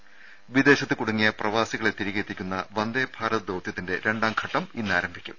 ത വിദേശത്ത് കുടുങ്ങിയ പ്രവാസികളെ തിരികെയെത്തിക്കുന്ന വന്ദേഭാരത് ദൌത്യത്തിന്റെ രണ്ടാംഘട്ടം ഇന്ന് ആരംഭിക്കും